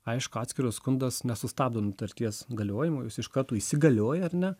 aišku atskiras skundas nesustabdo nutarties galiojimo jis iš karto įsigalioja ar ne